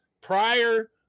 prior